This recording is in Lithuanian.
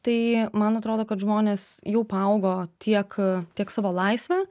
tai man atrodo kad žmonės jau paaugo tiek tiek savo laisve